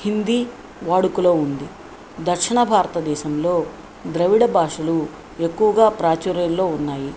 హిందీ వాడుకలో ఉంది దక్షిణ భారతదేశంలో ద్రవిడ భాషలు ఎక్కువగా ప్రాచుర్యంలో ఉన్నాయి